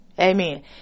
Amen